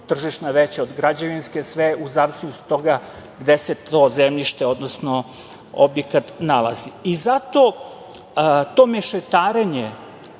tržišna veća od građevinske, sve u zavisnosti od toga gde se to zemljište, odnosno objekat nalazi. Zato to mešetarenje